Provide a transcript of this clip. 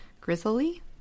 Grizzly